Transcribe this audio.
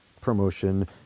promotion